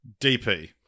DP